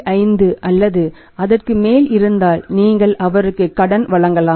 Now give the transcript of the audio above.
5 அல்லது அதற்கு மேல் இருந்தால் நீங்கள் அவருக்கு கடன் வழங்கலாம்